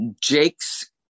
Jake's